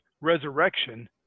Resurrection